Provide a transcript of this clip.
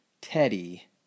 Teddy